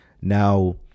Now